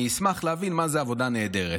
אני אשמח להבין מה זה עבודה נהדרת.